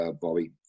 Bobby